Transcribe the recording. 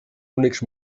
únics